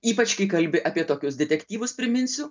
ypač kai kalbi apie tokius detektyvus priminsiu